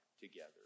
together